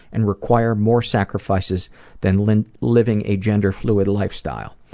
and require more sacrifices than living living a gender fluid lifestyle.